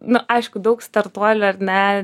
nu aišku daug startuolių ar ne